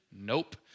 nope